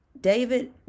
David